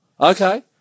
Okay